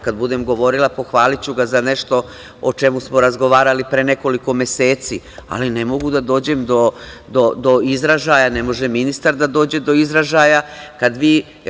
Kada budem govorila, pohvaliću ga za nešto o čemu smo razgovarali pre nekoliko meseci, ali ne mogu da dođem do izražaja, ne može ministar da dođe do izražaja kada vi…